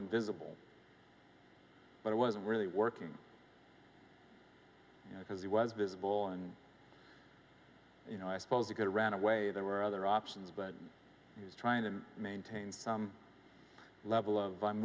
invisible but it wasn't really working because he was visible and you know i suppose you could ran away there were other options but he's trying to maintain some level of i'm